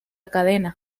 cadena